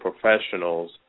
professionals